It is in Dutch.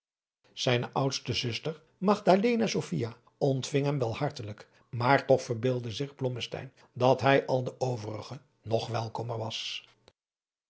zijne oudste zuster magdalena sophia ontving hem wel hartelijk maar toch verbeeldde zich blommesteyn dat hij al de overige nog welkomer was